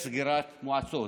סגירת מועצות.